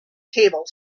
table